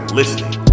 listening